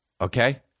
okay